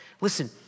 Listen